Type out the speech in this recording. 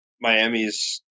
Miami's